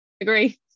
agree